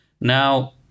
Now